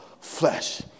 flesh